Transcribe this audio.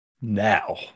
Now